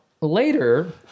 later